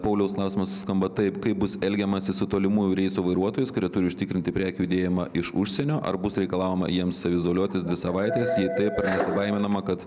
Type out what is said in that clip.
pauliaus klausimas skamba taip kaip bus elgiamasi su tolimųjų reisų vairuotojais kurie turi užtikrinti prekių judėjimą iš užsienio ar bus reikalaujama jiems izoliuotis dvi savaites jei taip ar nesibaiminama kad